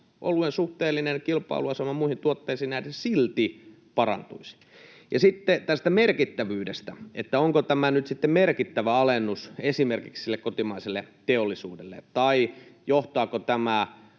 Oluen suhteellinen kilpailuasema muihin tuotteisiin nähden silti parantuisi. Sitten tästä merkittävyydestä, että onko tämä nyt sitten merkittävä alennus esimerkiksi sille kotimaiselle teollisuudelle, tai johtaako tämä